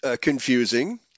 confusing